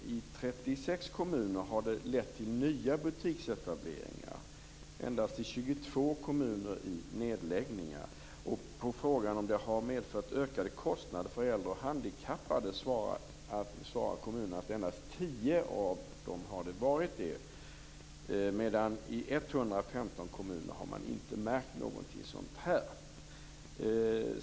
I 36 kommuner har den lett till nya butiksetableringar, endast i 22 kommuner till nedläggningar. På frågan om lagändringen har medfört ökade kostnader för äldre och handikappade var svaret att så varit fallet i endast 10 kommuner, medan man i 115 kommuner inte har märkt av några ökade kostnader.